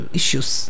issues